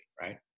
right